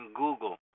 Google